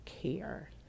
care